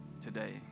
today